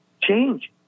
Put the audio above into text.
Change